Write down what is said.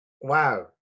wow